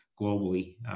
globally